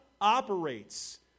operates